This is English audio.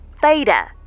Theta